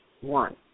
one